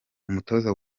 umutoza